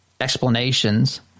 explanations